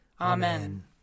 Amen